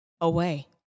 away